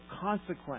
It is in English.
consequence